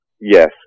Yes